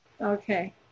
Okay